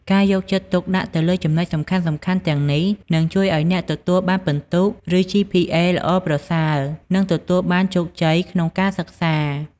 ការយកចិត្តទុកដាក់ទៅលើចំណុចសំខាន់ៗទាំងនេះ នឹងជួយឱ្យអ្នកទទួលបានពិន្ទុ ឬ ជីភីអេ ល្អប្រសើរ និងទទួលបានជោគជ័យក្នុងការសិក្សា។